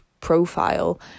profile